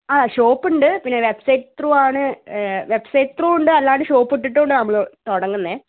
ആ ഷോപ്പുണ്ട് പിന്നെ വെബ്സൈറ്റ് ത്രൂ ആണ് വെബ്സൈറ്റ് ത്രൂ ഉണ്ട് അല്ലാണ്ട് ഷോപ്പിട്ടിട്ടും ഉണ്ട് നമ്മൾ തുടങ്ങുന്നത്